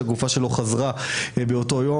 שהגופה שלו חזרה באותו יום,